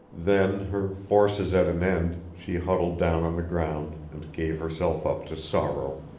then, her forces at an end, she huddled down on the ground and gave herself up to sorrow.